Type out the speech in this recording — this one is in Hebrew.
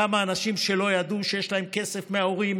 כמה אנשים שלא ידעו שיש להם כסף מההורים?